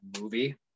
movie